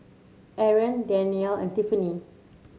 Aron Danielle and Tiffanie